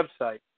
website